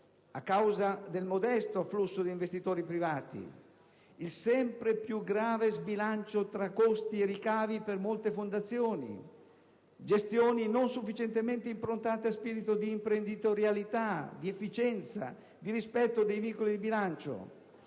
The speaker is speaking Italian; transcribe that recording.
a causa del modesto afflusso di investitori privati; il sempre più grave sbilancio tra costi e ricavi per molte fondazioni; gestioni non sufficientemente improntate a spirito di imprenditorialità, efficienza e rispetto dei vincoli di bilancio;